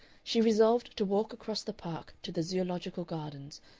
she resolved to walk across the park to the zoological gardens,